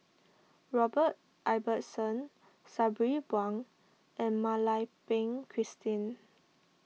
Robert Ibbetson Sabri Buang and Mak Lai Peng Christine